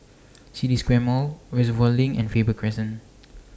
City Square Mall Reservoir LINK and Faber Crescent